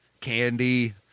candy